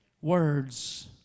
words